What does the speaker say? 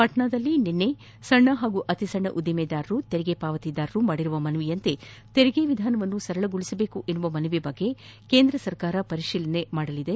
ಪಾಟ್ನಾದಲ್ಲಿ ನಿನ್ನೆ ಸಣ್ಣ ಹಾಗೂ ಅತಿಸಣ್ಣ ಉದ್ದಿಮೆದಾರರು ತೆರಿಗೆ ಪಾವತಿದಾರರು ಮಾಡಿರುವ ಮನವಿಯಂತೆ ತೆರಿಗೆ ವಿಧಾನವನ್ನು ಸರಳಗೊಳಿಸಬೇಕೆಂಬ ಮನವಿ ಬಗ್ಗೆ ಕೇಂದ್ರ ಪರಿತೀಲನೆ ಮಾಡಲಿದೆ